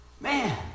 man